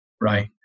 right